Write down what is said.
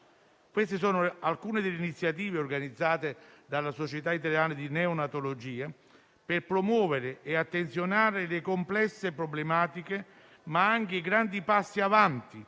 genitori sono alcune delle iniziative organizzate dalla Società italiana di neonatologia per promuovere e attenzionare le complesse problematiche, ma anche i grandi passi avanti